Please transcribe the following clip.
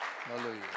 Hallelujah